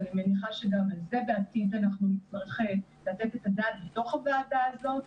אני מניחה שגם על זה בעתיד נצטרך לתת את הדעת בתוך הוועדה הזו.